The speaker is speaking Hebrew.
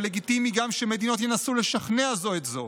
ולגיטימי גם שמדינות ינסו לשכנע זו את זו